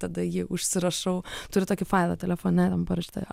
tada jį užsirašau turiu tokį failą telefone ten parašyta